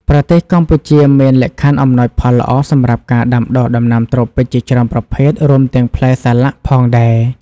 ប្រទេសកម្ពុជាមានលក្ខខណ្ឌអំណោយផលល្អសម្រាប់ការដាំដុះដំណាំត្រូពិចជាច្រើនប្រភេទ រួមទាំងផ្លែសាឡាក់ផងដែរ។